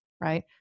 right